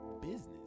business